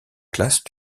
classe